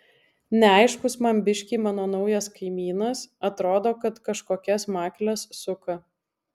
neaiškus man biškį mano naujas kaimynas atrodo kad kažkokias makles suka